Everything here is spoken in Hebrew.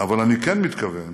אבל אני כן מתכוון